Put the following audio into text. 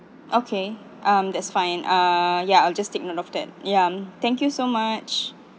okay um that's fine ah ya I'll just take note of that yam thank you so much